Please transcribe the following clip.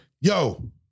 yo